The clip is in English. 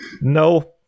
no